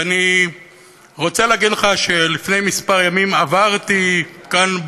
ואני רוצה להגיד לך שלפני כמה ימים עברתי כאן,